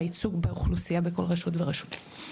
לייצוג באוכלוסיה בכל רשות ורשות.